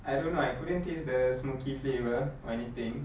I don't know I couldn't taste the smoky flavour or anything